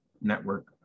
Network